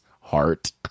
heart